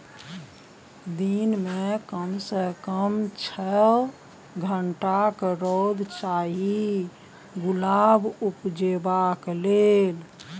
दिन मे कम सँ कम छअ घंटाक रौद चाही गुलाब उपजेबाक लेल